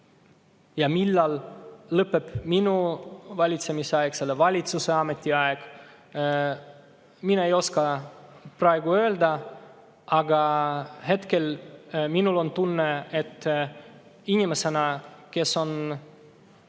ja millal lõppeb minu valitsemisaeg või selle valitsuse ametiaeg, seda ma ei oska praegu öelda. Aga hetkel on minul tunne, et inimesena, kes on